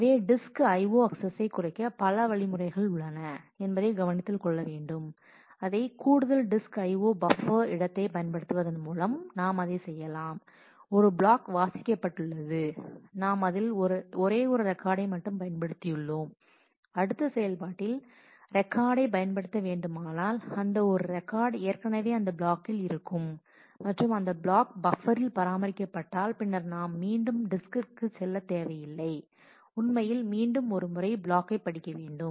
எனவே disk I O அக்சஸசை குறைக்க பல வழிமுறைகளும் உள்ளன என்பதையும் கவனத்தில் கொள்ள வேண்டும் அதை கூடுதல் டிஸ்க் I O பப்பர் இடத்தைப் பயன்படுத்துவதன் மூலம் நாம் அதைச் செய்யலாம் ஒரு ப்ளாக் வாசிக்கப்பட்டுள்ளது நாம் அதில் ஒரே ஒரு ரெக்கார்டை மட்டும் பயன்படுத்தியுள்ளோம் அடுத்த செயல்பாட்டில் ரெக்கார்டை பயன்படுத்த வேண்டுமானால் அந்த ஒரு ரெக்கார்ட் ஏற்கனவே அந்த பிளாக்கில் இருக்கும் மற்றும் அந்த ப்ளாக் பப்பரில் பராமரிக்கப்பட்டால் பின்னர் நாம் மீண்டும் டிஸ்கிற்கு செல்ல தேவையில்லை உண்மையில் மீண்டும் ஒரு முறை ப்ளாக்கை படிக்க வேண்டும்